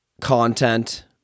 content